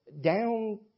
down